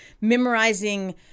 memorizing